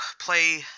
play